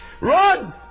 Run